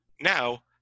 Now